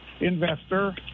investor